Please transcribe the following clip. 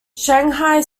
shanghai